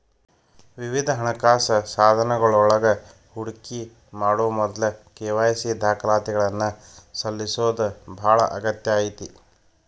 ವಿವಿಧ ಹಣಕಾಸ ಸಾಧನಗಳೊಳಗ ಹೂಡಿಕಿ ಮಾಡೊ ಮೊದ್ಲ ಕೆ.ವಾಯ್.ಸಿ ದಾಖಲಾತಿಗಳನ್ನ ಸಲ್ಲಿಸೋದ ಬಾಳ ಅಗತ್ಯ ಐತಿ